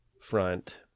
front